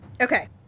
Okay